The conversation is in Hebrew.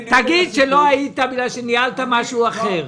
תגיד שלא היית בגלל שניהלת משהו אחר.